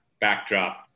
backdrop